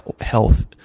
health